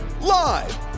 Live